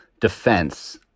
defense